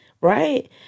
right